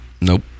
Nope